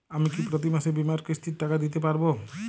আমি কি প্রতি মাসে বীমার কিস্তির টাকা দিতে পারবো?